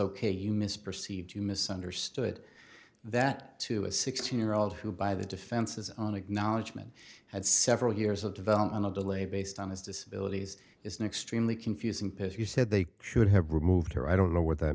ok you misperceived you misunderstood that to a sixteen year old who by the defense's own acknowledgement had several years of developmental delay based on his disability is an extremely confusing picture you said they should have removed her i don't know what that